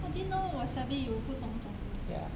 I didn't know wasabi 有布通种的